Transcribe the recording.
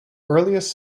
earliest